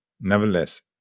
Nevertheless